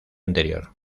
anterior